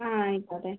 ആ ആയിക്കോട്ടെ